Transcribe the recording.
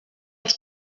els